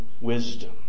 wisdom